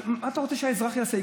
מה אתה רוצה שהאזרח יעשה?